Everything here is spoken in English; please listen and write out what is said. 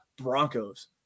Broncos